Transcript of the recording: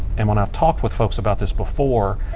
and when i talked with folks about this before,